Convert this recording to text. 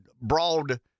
broad